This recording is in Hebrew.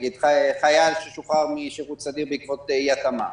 כמו חייל ששוחרר משירות סדיר בעקבות אי-התאמה,